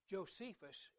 Josephus